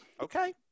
okay